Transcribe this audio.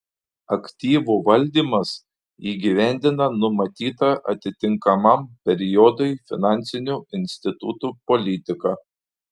aktyvų valdymas įgyvendina numatytą atitinkamam periodui finansinių institutų politiką